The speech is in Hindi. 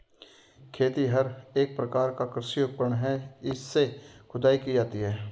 खेतिहर एक प्रकार का कृषि उपकरण है इससे खुदाई की जाती है